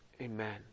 Amen